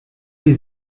les